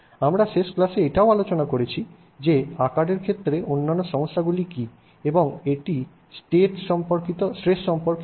আমরা শেষ ক্লাসে এটাও আলোচনা করেছি যে আকারের ক্ষেত্রে অন্যান্য সমস্যা গুলি কি এবং জেটি স্ট্রেস সম্পর্কিত